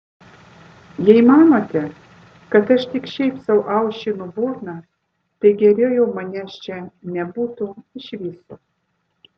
jei manote kad aš tik šiaip sau aušinu burną tai geriau jau manęs čia nebūtų iš viso